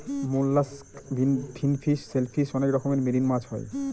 mollusc, finfish, shellfish অনেক রকমের marine মাছ হয়